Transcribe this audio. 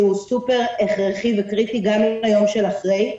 שהוא סופר הכרחי וקריטי גם ליום שאחרי,